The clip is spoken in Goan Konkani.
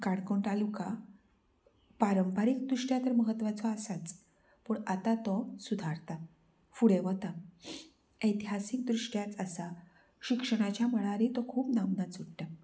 काणकोण तालुका पारंपारीक दृश्ट्या तर म्हत्वाचो आसाच पूण आतां तो सुधारता फुडें वता ऐतिहासीक दृश्ट्याच आसा शिक्षणाच्या मळारय तो खूब नामनां जोडटा